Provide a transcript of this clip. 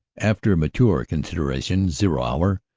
after mature consideration, zero hour,